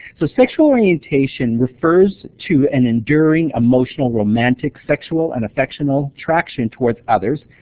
so sexual orientation refers to an enduring emotional, romantic, sexual, and affectional attraction toward others,